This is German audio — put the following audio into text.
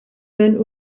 wenn